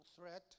threat